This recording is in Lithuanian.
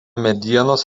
medienos